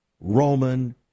Roman